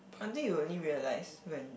until you only realise when